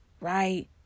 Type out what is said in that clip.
Right